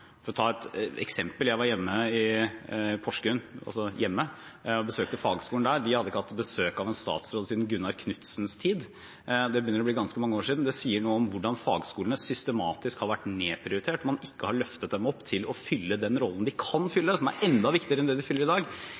for fagskolene. For å ta et eksempel: Jeg var i Porsgrunn – altså hjemme – og besøkte fagskolen der. De hadde ikke hatt besøk av en statsråd siden Gunnar Knudsens tid. Det begynner å bli ganske mange år siden. Det sier noe om hvordan fagskolene systematisk har vært nedprioritert, at man ikke har løftet dem opp til å fylle den rollen de kan fylle, som er enda viktigere enn den de fyller i